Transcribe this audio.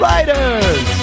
Riders